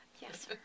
Yes